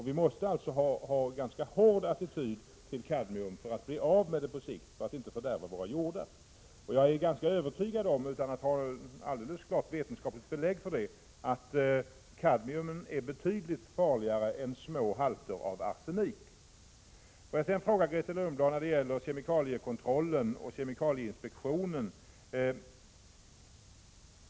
Vi måste alltså ha en ganska hård attityd gentemot kadmium för att på sikt bli av med det och inte fördärva våra jordar. Jag är ganska övertygad om, utan att ha alldeles klart vetenskapligt belägg för det, att kadmium är betydligt farligare än små halter av arsenik. Låt mig sedan ställa en fråga till Grethe Lundblad om kemikaliekontrollen.